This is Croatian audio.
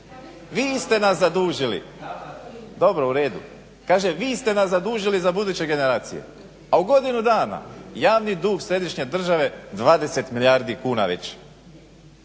Vi ste nas zadužili, dobro u redu, vi ste nas zadužili za buduće generacije a u godinu dana javni dug središnje države 20 milijardi kuna već.